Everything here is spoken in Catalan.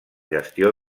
gestió